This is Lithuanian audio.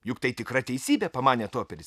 juk tai tikra teisybė pamanė toperis